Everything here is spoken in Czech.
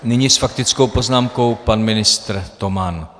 Nyní s faktickou poznámkou pan ministr Toman.